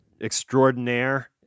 Extraordinaire